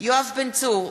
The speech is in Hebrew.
יואב בן צור,